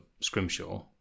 Scrimshaw